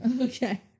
Okay